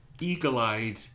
eagle-eyed